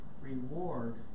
reward